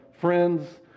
friends